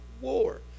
war